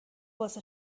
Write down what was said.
واسه